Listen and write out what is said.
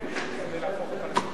נתקבלו.